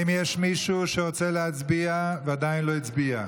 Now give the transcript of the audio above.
האם יש מישהו שרוצה להצביע ועדיין לא הצביע?